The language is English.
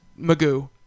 Magoo